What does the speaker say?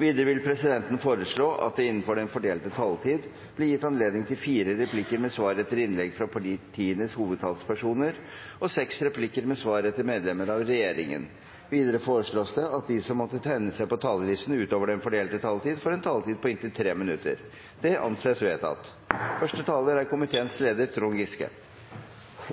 Videre vil presidenten foreslå at det blir gitt anledning til fire replikker med svar etter innlegg fra partienes hovedtalspersoner og seks replikker med svar etter medlemmer av regjeringen innenfor den fordelte taletid. Videre foreslås det at de som måtte tegne seg på talerlisten utover den fordelte taletid, får en taletid på inntil 3 minutter. – Det anses vedtatt. «Når mørket no har sænka sæ», og adventstida er